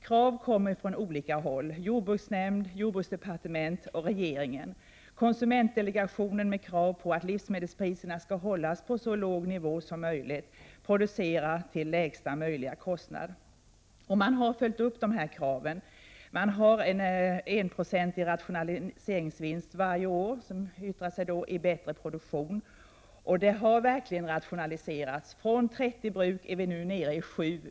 Krav kommer från olika håll; från jordbruksnämnden, jordbruksdepartementet och regeringen samt från konsumentdelegationen, som ställer krav på att livsmedelspriserna skall hållas på så låg nivå som möjligt. Producera till lägsta möjliga kostnad! Dessa krav har följts upp. Man har en enprocentig rationaliseringsvinst varje år, som yttrar sig i bättre produktion. Det har verkligen rationaliserats. Från 30 bruk är vi nu nere i sju.